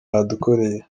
yadukoreye